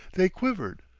they quivered.